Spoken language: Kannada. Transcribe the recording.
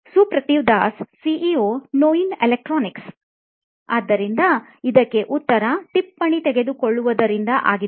ಸುಪ್ರತಿವ್ ದಾಸ್ ಸಿ ಟಿ ಒ ನೋಯಿನ್ ಎಲೆಕ್ಟ್ರಾನಿಕ್ಸ್ ಆದ್ದರಿಂದ ಇದಕ್ಕೆ ಉತ್ತರ ಟಿಪ್ಪಣಿ ತೆಗೆದುಕೊಳ್ಳುವರಿಂದ ಆಗಿದೆ